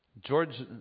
George